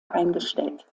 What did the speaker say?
eingestellt